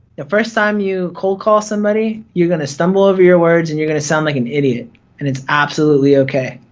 the first time you cold call somebody, you're gonna stumble over your words and you're gonna sound like an idiot and it's absolutely okay.